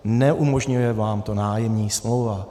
Neumožňuje vám to nájemní smlouva.